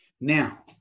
Now